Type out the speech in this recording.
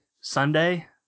Sunday